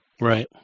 Right